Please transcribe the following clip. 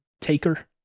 taker